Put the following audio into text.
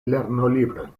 lernolibrojn